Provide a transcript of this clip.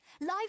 Life